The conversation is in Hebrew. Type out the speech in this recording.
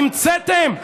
המצאתם.